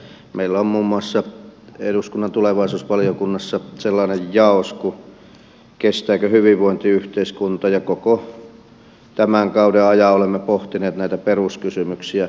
meillä on muun muassa eduskunnan tulevaisuusvaliokunnassa sellainen jaosto kuin kestääkö hyvinvointiyhteiskunta ja koko tämän kauden ajan olemme pohtineet näitä peruskysymyksiä